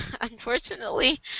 unfortunately